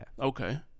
Okay